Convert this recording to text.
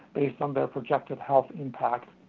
based on their projected health impact.